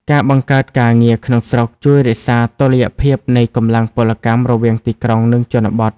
ការបង្កើតការងារក្នុងស្រុកជួយរក្សាតុល្យភាពនៃកម្លាំងពលកម្មរវាងទីក្រុង និងជនបទ។